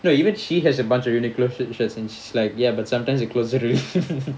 no even she has a bunch of uniqlo shirts and she's like ya but sometimes the clothes